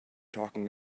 talking